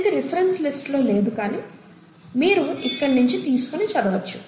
ఇది రిఫరెన్స్ల లిస్ట్ లో లేదు కానీ మీరు ఇక్కడి నించి తీసుకుని చదువుకోవచ్చు